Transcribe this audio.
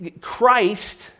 Christ